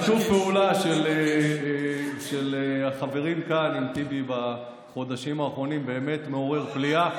שיתוף הפעולה של החברים כאן עם טיבי בחודשים האחרונים באמת מעורר פליאה.